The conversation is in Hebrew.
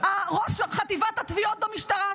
ראש חטיבת התביעות במשטרה,